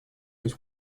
быть